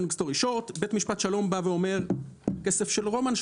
בית משפט שלום אמר שהכסף של רומן,